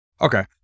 Okay